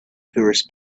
tourists